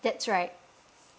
that's right